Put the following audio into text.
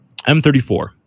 M34